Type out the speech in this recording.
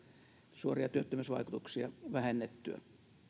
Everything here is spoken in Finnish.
suoria työttömyysvaikutuksia vähennettyä